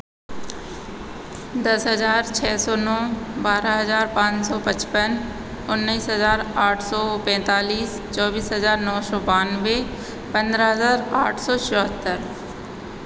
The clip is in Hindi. दस हज़ार छः सौ नो बारह हज़ार पाँच सौ पचपन उन्नीस हज़ार आठ सो पैंतालीस चौबीस हज़ार नौ सौ बानवे पन्द्रह हज़ार आठ सौ चौहत्तर